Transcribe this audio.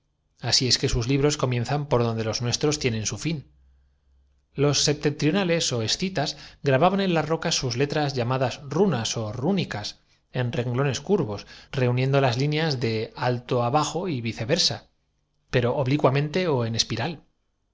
así es que sus libros comienzan por donde los nuestros tienen su fin los septentrionales ó esci según maffei los etruscos ó antiguos toscanos los tas grababan en las rocas sus letras llamadas runas ó más remotos pueblos septentrionales enlazaron la es rúnicas en renglones curvos reuniendo las líneas de critura de alto abajo y vice versa pero también en líi neas oblicuas ó en espiral